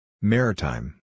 Maritime